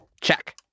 Check